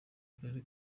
karere